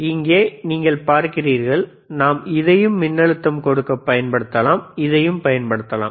இங்கே நீங்கள் பார்க்கிறீர்கள் நாம் இதையும் மின்னழுத்தம் கொடுக்க பயன்படுத்தலாம் இதையும் பயன்படுத்தலாம்